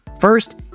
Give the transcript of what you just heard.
First